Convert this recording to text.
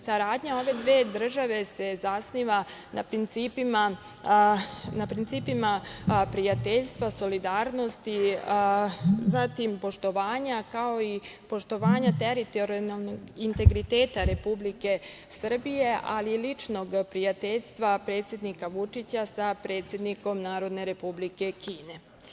Saradnja ove dve države se zasniva na principima prijateljstva, solidarnosti, zatim poštovanja, kao i poštovanja teritorijalnog integriteta Republike Srbije, ali i ličnog prijateljstva predsednika Vučića sa predsednikom Narodne Republike Kine.